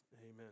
Amen